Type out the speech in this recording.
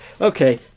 Okay